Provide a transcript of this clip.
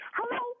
Hello